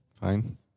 Fine